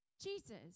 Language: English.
Jesus